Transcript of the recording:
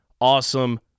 awesome